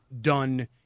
done